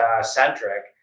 centric